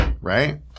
right